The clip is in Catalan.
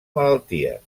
malalties